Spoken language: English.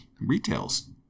Retail's